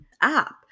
app